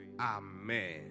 Amen